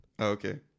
Okay